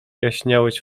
jaśniałeś